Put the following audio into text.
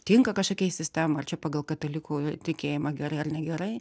tinka kažkokiai sistema ar čia pagal katalikų tikėjimą gerai ar negerai